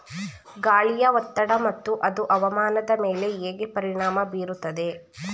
ಗಾಳಿಯ ಒತ್ತಡ ಮತ್ತು ಅದು ಹವಾಮಾನದ ಮೇಲೆ ಹೇಗೆ ಪರಿಣಾಮ ಬೀರುತ್ತದೆ?